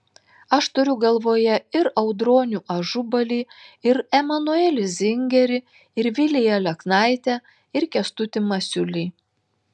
aš turiu galvoje ir audronių ažubalį ir emanuelį zingerį ir viliją aleknaitę ir kęstutį masiulį